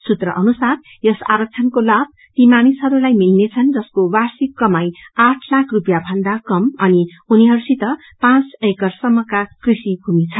सूत्रहरू अनुसार यस आरक्षणको लाभ ती मानिसहरूलाई मिल्नेछ जसको वार्षिक कुमाई आठ लाख रूपिसयाँभन्दा कम अनि उनीहरूसित पाँच ऐकरसम्म कृषि भूमि छन्